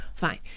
fine